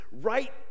right